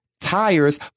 tires